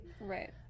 right